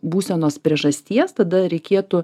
būsenos priežasties tada reikėtų